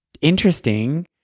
interesting